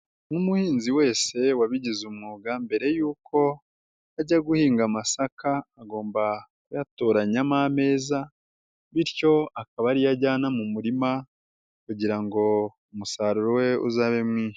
Nk'umuhinzi wese wabigize umwuga mbere yuko ajya guhinga amasaka agomba kuyatoranyamo ameza, bityo akaba ari yo ajyana mu murima kugira ngo umusaruro we uzabe mwinshi.